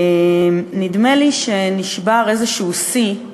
נדמה לי שנשבר שיא כלשהו,